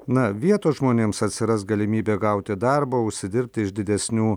na vietos žmonėms atsiras galimybė gauti darbą užsidirbti iš didesnių